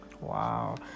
Wow